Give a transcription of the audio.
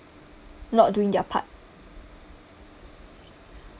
not doing their part